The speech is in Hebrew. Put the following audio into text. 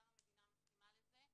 גם המדינה מסכימה לזה,